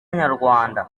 nyarwanda